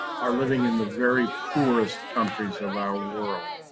are living in the very poorest countries of our world.